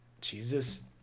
Jesus